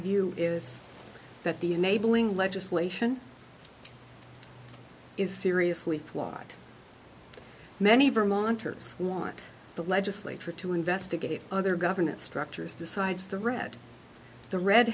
view is that the enabling legislation is seriously flawed many vermonters want the legislature to investigate other government structures besides the red the red